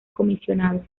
comisionado